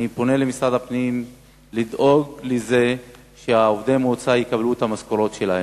אני פונה למשרד הפנים לדאוג לזה שעובדי המועצה יקבלו את המשכורות שלהם.